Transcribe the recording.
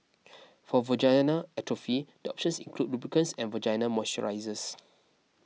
for vaginal atrophy the options include lubricants and vaginal moisturisers